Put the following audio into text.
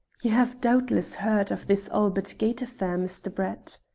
you have doubtless heard of this albert gate affair, mr. brett?